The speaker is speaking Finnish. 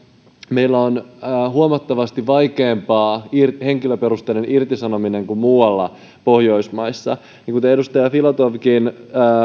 meillä on huomattavasti vaikeampaa henkilöperusteinen irtisanominen kuin muualla pohjoismaissa ja kuten edustaja filatovkin